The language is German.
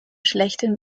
schlechten